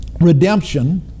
redemption